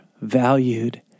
valued